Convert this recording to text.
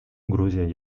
грузия